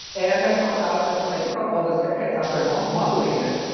and i found out that when i took out all the circuits after um modeling it,